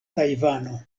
tajvano